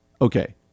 Okay